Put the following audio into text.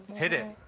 hit it.